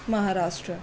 Maharashtra